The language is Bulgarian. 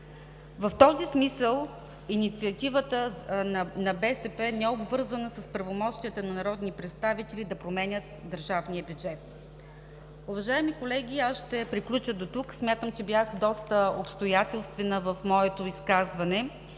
В този смисъл инициативата на БСП не е обвързана с правомощията на народни представители да променят държавния бюджет. Уважаеми колеги, аз ще приключа дотук. Смятам, че бях доста обстоятелствена в моето изказване.